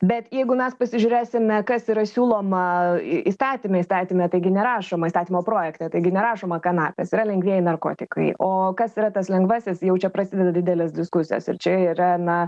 bet jeigu mes pasižiūrėsime kas yra siūloma įstatyme įstatyme taigi nerašoma įstatymo projekte taigi nerašoma kanapės yra lengvieji narkotikai o kas yra tas lengvasis jau čia prasideda didelės diskusijos ir čia yra na